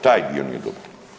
Taj dio nije dobar.